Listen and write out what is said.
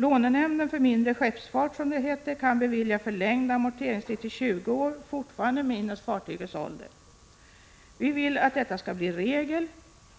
Lånenämnden för mindre skeppsfart, som det heter, kan bevilja förlängd amorteringstid till 20 år, fortfarande minus fartygets ålder. Vi vill att detta skall bli regel.